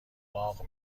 باغ